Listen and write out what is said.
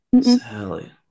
Sally